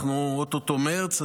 ואו-טו-טו מרץ,